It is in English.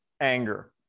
anger